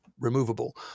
removable